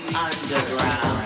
underground